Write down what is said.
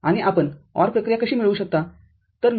आणिआपण OR प्रक्रिया कशी मिळवू शकता